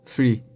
Free